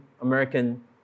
American